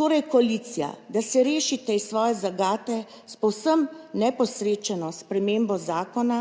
Torej koalicija, da se rešite iz svoje zagate s povsem neposrečeno spremembo zakona